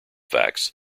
facts